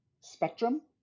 spectrum